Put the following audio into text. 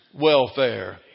welfare